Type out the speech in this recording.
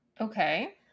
Okay